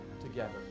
together